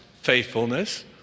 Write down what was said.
faithfulness